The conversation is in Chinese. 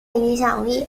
影响力